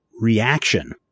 Reaction